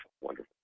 wonderful